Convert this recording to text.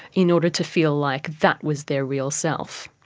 in order to feel like that was their real self.